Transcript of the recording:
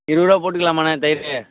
இருபது ரூபா போட்டுக்கலாமாண்ண தயிர்